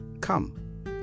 Come